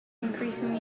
increasingly